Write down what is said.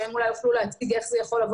שהם אולי יוכלו להגיד איך זה יכול לבוא